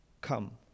come